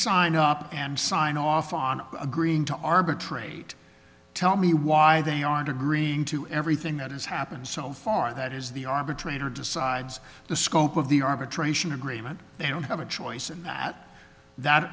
sign and signed off on agreeing to arbitrate tell me why they aren't agreeing to everything that has happened so far that is the arbitrator decides the scope of the arbitration agreement they don't have a choice and that that